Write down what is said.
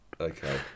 Okay